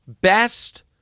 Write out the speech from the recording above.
best